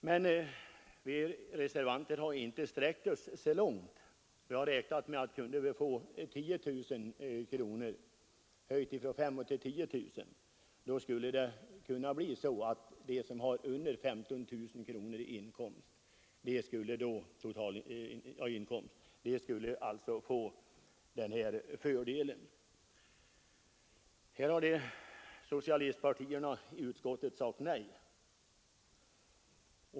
Men vi reservanter har inte sträckt oss så långt. Om beloppet höjs från 5 000 till 10 000 kronor, får i realiteten de som har en faktisk inkomst understigande 15 000 kronor denna fördel. Här har socialistpartierna i utskottet sagt nej.